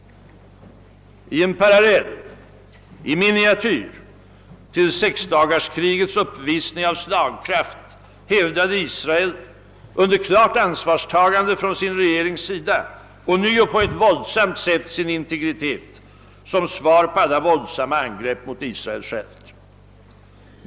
I en parallell — i miniatyr — till sexdagarskrigets uppvisning av slagkraft hävdade Israel, under klart ansvarstagande från sin regerings sida, ånyo på ett våldsamt sätt sin integritet som svar på alla våldsamma angrepp mot Israel självt.